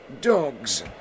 Dogs